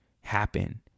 happen